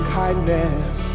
kindness